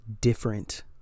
different